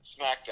SmackDown